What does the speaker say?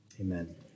Amen